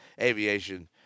aviation